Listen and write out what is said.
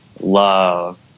love